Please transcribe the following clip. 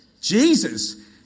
Jesus